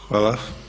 Hvala.